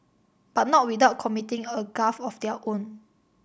but not without committing a gaffe of their own